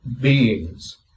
beings